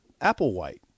Applewhite